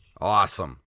Awesome